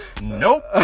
Nope